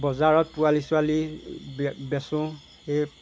বজাৰত পোৱালি চোৱালি বেচোঁ সেই